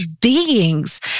beings